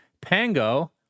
Pango